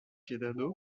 quedado